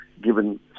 given